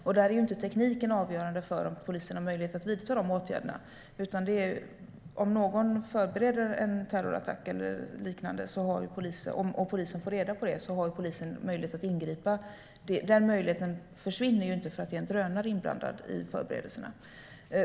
Tekniken är inte avgörande för om polisen har möjlighet att vidta de åtgärderna. Om polisen får reda på att någon förbereder en terrorattack eller liknande har polisen möjlighet att ingripa, och den möjligheten försvinner ju inte för att det är en drönare inblandad i förberedelserna.